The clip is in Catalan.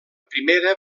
primera